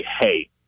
hey